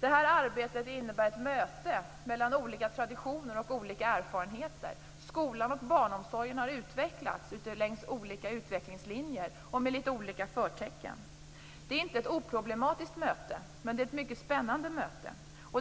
Det här arbetet innebär ett möte mellan olika traditioner och erfarenheter. Skolan och barnomsorgen har utvecklats längs med olika utvecklingslinjer och med litet olika förtecken. Det är inte ett oproblematiskt möte, men det är ett mycket spännande möte.